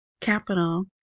capital